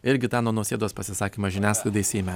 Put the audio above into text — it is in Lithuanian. ir gitano nausėdos pasisakymas žiniasklaidai seime